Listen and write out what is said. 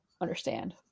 understand